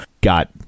got